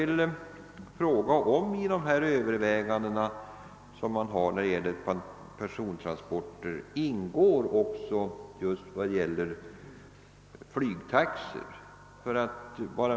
Ingår vid övervägandena om persontransporter också frågan om flygtaxorna?